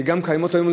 שגם קיימות היום,